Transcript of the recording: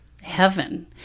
heaven